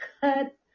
cut